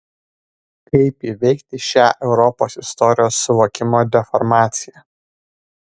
kaip įveikti šią europos istorijos suvokimo deformaciją